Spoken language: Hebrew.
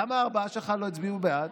למה הארבעה שלך לא הצביעו בעד?